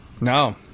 No